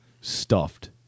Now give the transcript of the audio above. stuffed